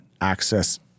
access